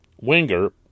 winger